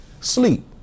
sleep